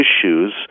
issues